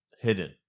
hidden